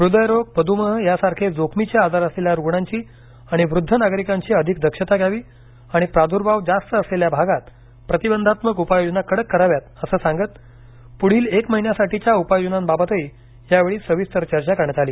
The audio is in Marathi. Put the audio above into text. हृदयरोग मधुमेह यासारखे जोखमीचे आजार असलेल्या रुग्णांची आणि वृद्ध नागरिकांची अधिक दक्षता घ्यावी आणि प्रादुर्भाव जास्त असलेल्या भागात प्रतिबंधात्मक उपाययोजना कडक कराव्यात असं सांगत पुढील एक महिन्यासाठीच्या उपाययोजनांबाबतही यावेळी सविस्तर चर्चा करण्यात आली